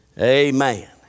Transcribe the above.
Amen